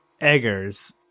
Eggers